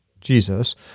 Jesus